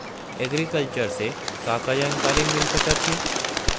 Agriculture से का का जानकारी मिल सकत हे?